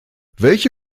welche